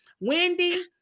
Wendy